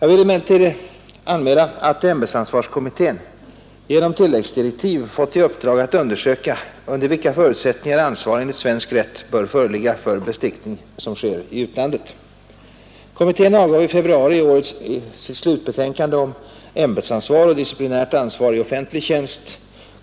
Jag vill emellertid anmäla att ämbetsansvarskommittén genom tilläggs direktiv fått i uppdrag att undersöka under vilka förutsättningar ansvar enligt svensk rätt bör föreligga för bestickning som sker i utlandet. Kommittén avgav i februari i år sitt slutbetänkande om ämbetsansvar och disciplinärt ansvar i offentlig tjänst.